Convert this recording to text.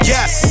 Yes